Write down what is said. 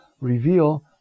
reveal